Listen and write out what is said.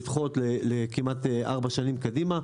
לדחות לכמעט ארבע שנים קדימה.